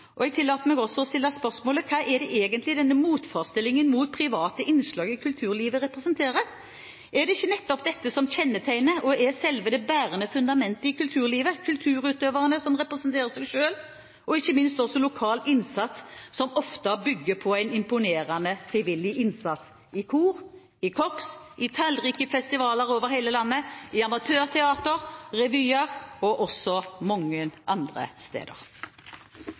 Jeg tillater meg også å stille spørsmålet: Hva er det egentlig denne motforestillingen mot private innslag i kulturlivet representerer? Er det ikke nettopp dette som kjennetegner og er selve det bærende fundamentet i kulturlivet – kulturutøvere som representerer seg selv og ikke minst også lokal innsats, som ofte bygger på en imponerende frivillig innsats i kor, korps, tallrike festivaler over hele landet,